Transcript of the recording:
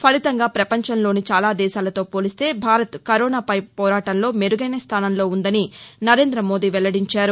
ఫలితంగా పపంచంలోని చాలా దేశాలతో పోలిస్తే భారత్ కరోనాపై పోరాటంలో మెరుగైన స్లానంలో ఉందని నరేంద్ర మోదీ వెల్లడించారు